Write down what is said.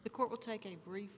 the court will take a brief